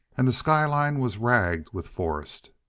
and the skyline was ragged with forest.